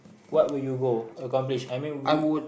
what will you go accomplish I mean wh~